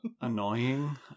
annoying